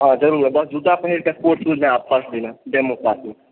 हाँ जरुर बस जूता पहीरिकें स्पोर्ट्स शूजमे आयब फर्स्ट दिना डेमो क्लासमे